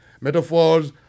metaphors